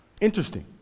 interesting